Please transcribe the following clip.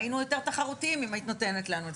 היינו יותר תחרותיים, אם היית נותנת לנו.